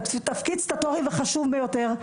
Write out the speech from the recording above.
תפקיד סטטוטורי וחשוב ביותר.